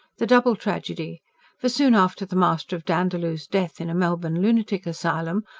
the double tragedy for, soon after the master of dandaloo's death in a melbourne lunatic asylum,